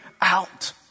out